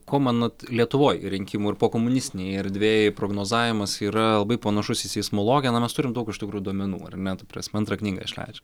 ko manot lietuvoj rinkimų ir pokomunistinėj erdvėj prognozavimas yra labai panašus į seismologiją na mes turim daug iš tikrųjų duomenų ar ne ta prasme antrą knygą išleidžiam